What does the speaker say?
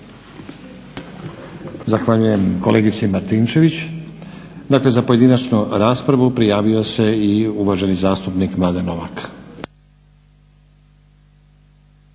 Zahvaljujem kolegici Martinčević. Dakle za pojedinačnu raspravu prijavio se i uvaženi zastupnik Mladen Novak.